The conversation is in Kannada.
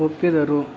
ಒಪ್ಪಿದರು